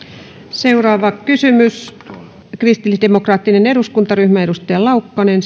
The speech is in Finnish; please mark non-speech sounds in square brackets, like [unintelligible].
seuraava pääkysymys kristillisdemokraattinen eduskuntaryhmä edustaja laukkanen [unintelligible]